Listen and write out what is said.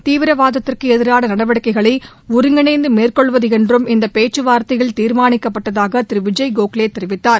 தீவிரவாதத்துக்கு எதிரான நடவடிக்கைகளை ஒருங்கிணைந்து மேற்கொள்வது என்றும் இந்த பேச்சுவார்த்தையில் தீர்மானிக்கப்பட்டதாக திரு விஜய் கோக்லே தெரிவித்தார்